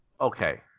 Okay